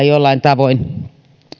jollain tavoin